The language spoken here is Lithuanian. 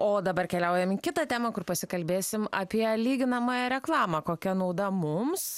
o dabar keliaujam į kitą temą kur pasikalbėsim apie lyginamąją reklamą kokia nauda mums